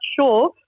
sure